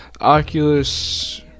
oculus